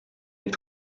avec